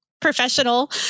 professional